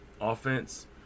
offense